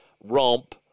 romp